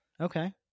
Okay